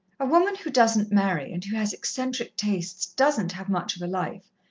a woman who doesn't marry and who has eccentric tastes doesn't have much of a life.